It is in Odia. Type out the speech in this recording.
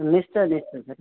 ନିଶ୍ଚୟ ନିଶ୍ଚୟ ସାର୍